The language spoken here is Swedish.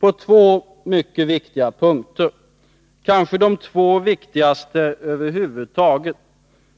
På två mycket viktiga punkter, kanske de två viktigaste över huvud taget,